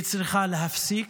היא צריכה להפסיק,